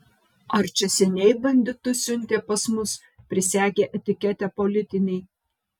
ar čia seniai banditus siuntė pas mus prisegę etiketę politiniai